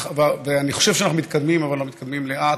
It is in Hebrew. אני חושב שאנחנו מתקדמים, אבל אנחנו מתקדמים לאט.